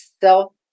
self